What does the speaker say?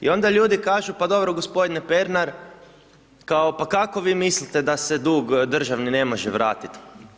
I onda ljudi kažu pa dobro gospodine Pernar, kao, pa kako vi mislite da se dug državni ne može vratiti?